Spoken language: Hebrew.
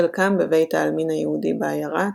חלקם בבית העלמין היהודי בעיירה,